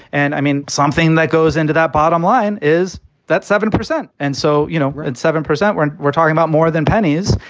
and i mean something that goes into that bottom line is that seven percent and so, you know, at seven percent when we're talking about more than pennies,